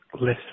less